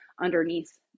underneath